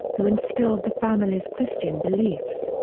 who instilled the family's christian beliefs.